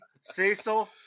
Cecil